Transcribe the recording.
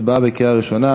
הצבעה בקריאה ראשונה.